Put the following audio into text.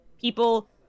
people